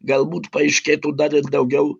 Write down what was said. galbūt paaiškėtų dar ir daugiau